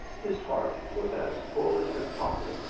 his heart was as full as his pocket,